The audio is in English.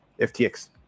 ftx